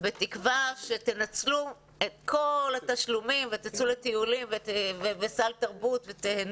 בתקווה שתנצלו את כל התשלומים ותצאו לטיולים וסל תרבות וחיים